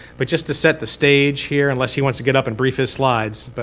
but just to set the stage here unless he wants to get up and brief his slides, but